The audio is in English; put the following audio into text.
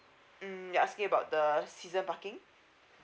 mm you asking about the season parking